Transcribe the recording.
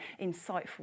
insightful